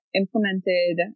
implemented